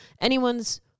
anyone's